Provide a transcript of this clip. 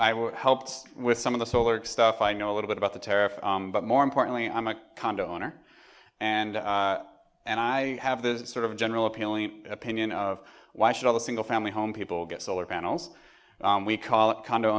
i would help with some of the solar stuff i know a little bit about the tariff but more importantly i'm a condo owner and and i have this sort of general appealing opinion of why should all the single family home people get solar panels we call it condo